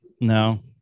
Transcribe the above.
No